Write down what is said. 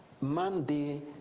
Monday